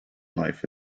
life